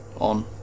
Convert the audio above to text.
on